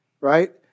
right